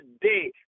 day